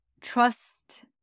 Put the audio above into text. trust